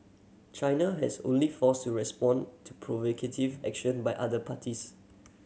China has only forced to respond to provocative action by other parties